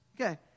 Okay